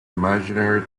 imaginary